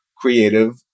creative